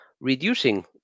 reducing